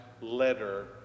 letter